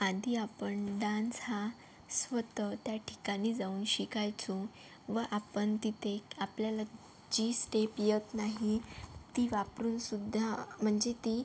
आधी आपण डान्स हा स्वतः त्याठिकाणी जाऊन शिकायचो व आपण तिथे आपल्याला जी स्टेप येत नाही ती वापरूनसुद्धा म्हणजे ती